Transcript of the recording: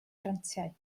grantiau